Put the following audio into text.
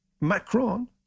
Macron